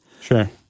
Sure